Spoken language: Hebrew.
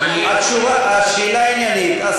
השאלה עניינית.